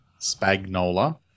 Spagnola